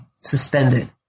suspended